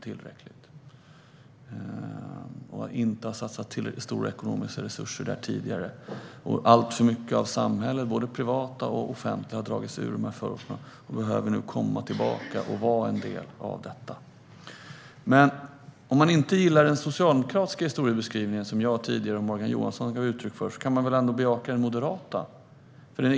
Vi har inte satsat tillräckligt stora ekonomiska resurser där tidigare. Alltför mycket av samhället, både det privata och det offentliga, har dragit sig ur förorterna och behöver nu komma tillbaka och vara en del av detta. Men om man inte gillar den socialdemokratiska historieskrivningen som jag och tidigare Morgan Johansson gav uttryck för kan man väl ändå bejaka den moderata.